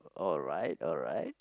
alright alright